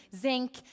zinc